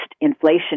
inflation